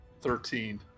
Thirteen